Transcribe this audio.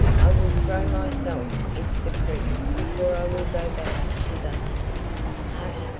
i will throw myself into the creek before i will go back to the hush!